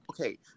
Okay